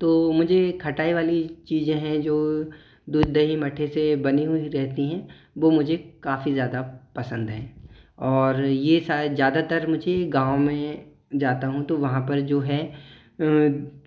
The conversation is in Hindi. तो मुझे खटाई वाली चीज़ें हैं जो दूध दही मठ्ठे से बनी हुई रहती हैं वो मुझे काफ़ी ज़्यादा पसंद हैं और ये शायद ज़्यादातर मुझे गाँव में जाता हूँ तो वहाँ पर जो है